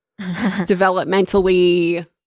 developmentally